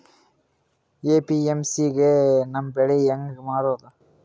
APMC ಗೆ ನಮ್ಮ ಬೆಳಿ ಹೆಂಗ ಮಾರೊದ?